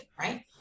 right